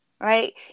right